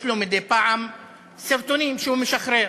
יש לו מדי פעם סרטונים שהוא משחרר,